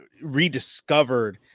rediscovered